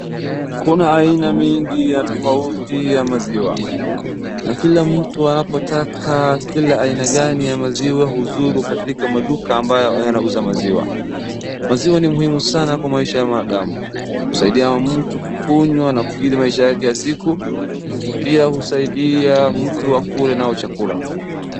Kuna aina mingi ya tofauti ya maziwa, na kila mtu anapotaka kila aina gani ya maziwa huzuru katika maduka ambayo yanauza maziwa. Maziwa ni muhimu sana kwa maisha ya mwanadamu, husaidia mtu kukunywa na kukidhi maisha yake ya kila siku, pia husaidia mtu akuwe nayo chakula.